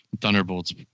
Thunderbolts